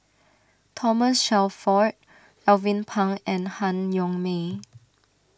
Thomas Shelford Alvin Pang and Han Yong May